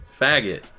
Faggot